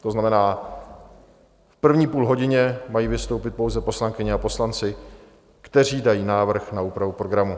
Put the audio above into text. To znamená, v první půlhodině mají vystoupit pouze poslankyně a poslanci, kteří dají návrh na úpravu programu.